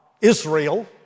Israel